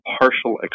partial